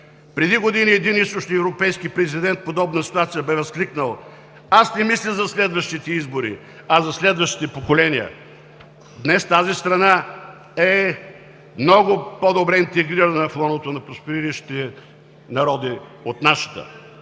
Преди години един източноевропейски президент в подобна ситуация бе възкликнал: „Аз не мисля за следващите избори, а за следващите поколения“. Днес тази страна е много по-добре интегрирана в лоното на проспериращите народи от нашата.